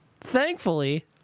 thankfully